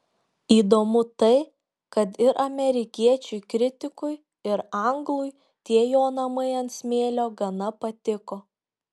įdomu tai kad ir amerikiečiui kritikui ir anglui tie jo namai ant smėlio gana patiko